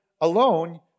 alone